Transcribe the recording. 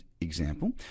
example